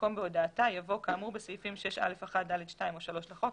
ובמקום "בהודעתה" יבוא "כאמור בסעיפים 6א1(ד)(2) או (3) לחוק,